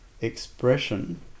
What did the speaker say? expression